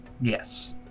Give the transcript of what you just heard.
Yes